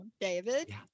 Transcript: David